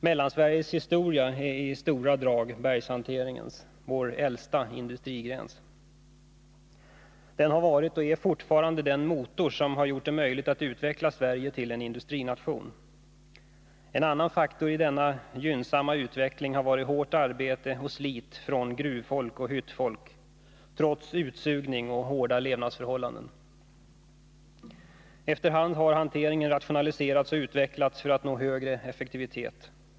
Mellansveriges historia är i stora drag bergshanteringens, vår äldsta industrigrens. Den har varit och är fortfarande den motor som gjort det möjligt att utveckla Sverige till en industrination. En annan faktor i den gynnsamma utvecklingen har varit hårt arbete och slit av gruvfolk och hyttfolk, trots utsugning och hårda levnadsförhällanden. 123 Efter hand har hanteringen rationaliserats och utvecklats för att nå högre effektivitet.